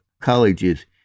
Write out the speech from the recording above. colleges